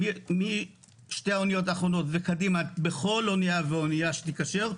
ומשתי האניות האחרונות וקדימה בכל אנייה ואנייה שתיקשר,